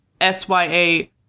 s-y-a